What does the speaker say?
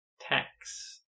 Tax